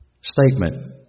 statement